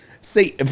See